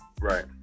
right